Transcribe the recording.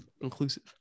inclusive